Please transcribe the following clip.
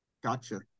Gotcha